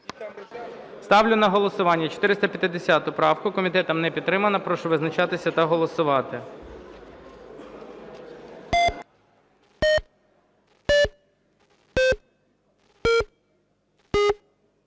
Ставлю на голосування 450 правку. Комітетом не підтримана. Прошу визначатися та голосувати.